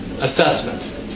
assessment